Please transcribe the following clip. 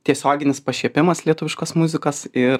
tiesioginis pašiepimas lietuviškos muzikos ir